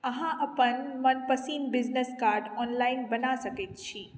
अहाँ अपन मनपसिन बिजनेसकार्ड ऑनलाइन बना सकैत छी